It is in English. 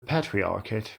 patriarchate